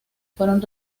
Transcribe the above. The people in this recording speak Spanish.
fueron